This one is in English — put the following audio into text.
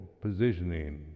positioning